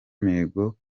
mihigo